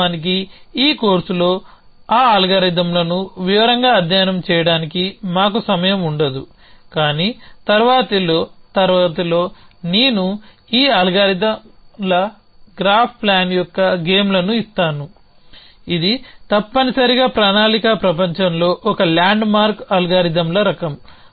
వాస్తవానికి ఈ కోర్సులో ఆ అల్గారిథమ్లను వివరంగా అధ్యయనం చేయడానికి మాకు సమయం ఉండదు కానీ తరువాతి తరగతిలో నేను ఈ అల్గారిథమ్ల గ్రాఫ్ ప్లాన్ యొక్క గేమ్లను ఇస్తాను ఇది తప్పనిసరిగా ప్రణాళికా ప్రపంచంలో ఒక ల్యాండ్మార్క్ అల్గారిథమ్ల రకం